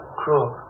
cruel